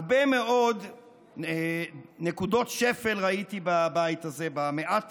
הרבה מאוד נקודות שפל ראיתי בבית הזה במעט